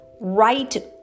right